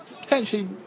potentially